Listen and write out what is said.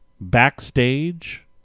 backstage